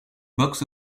box